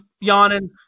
yawning